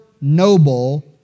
noble